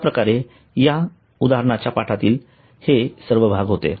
अश्याप्रकारे या उदाहरणाच्या पाठातील हे सर्व भाग होते